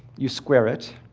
you square it,